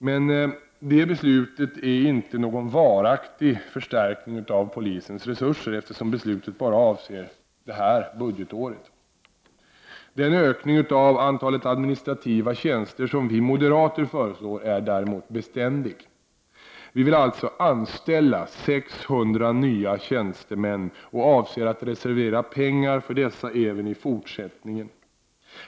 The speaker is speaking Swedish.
Men detta beslut innebär inte någon varaktig förstärkning av polisens resurser, eftersom beslutet bara avser det här budgetåret. Den ökning av antalet administrativa tjänster som vi moderater föreslår är däremot beständig. Vi vill alltså anställa 600 nya tjänstemän och avser att reservera pengar för dessa även i fortsättningen.